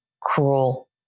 cruel